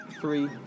three